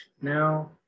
now